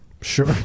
Sure